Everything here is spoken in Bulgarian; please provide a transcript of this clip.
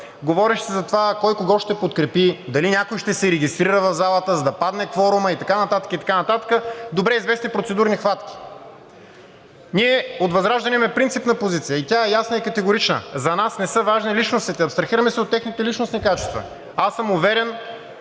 говореше се за това кой кого ще подкрепи, дали някой ще се регистрира в залата, за да падне кворумът, и така нататък, и така нататък – добре известни процедурни хватки. Ние от ВЪЗРАЖДАНЕ имаме принципна позиция, и тя е ясна и категорична. За нас не са важни личностите. Абстрахираме се от техните личностни качества. Аз съм уверен,